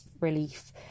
relief